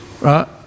right